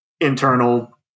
internal